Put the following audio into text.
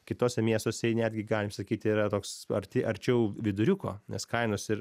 kituose miestuose netgi galim sakyti yra toks arti arčiau viduriuko nes kainos ir